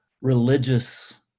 religious